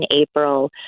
April